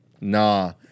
Nah